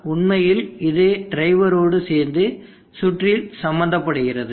ஆனால் உண்மையில் இது டிரைவோடு சேர்ந்து சுற்றில் சம்பந்தப்படுகிறது